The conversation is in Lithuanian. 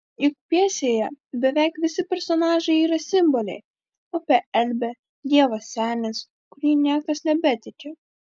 juk pjesėje beveik visi personažai yra simboliai upė elbė dievas senis kuriuo niekas nebetiki